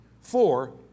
Four